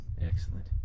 Excellent